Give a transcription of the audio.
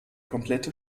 komplette